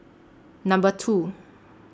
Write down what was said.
Number two